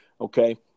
okay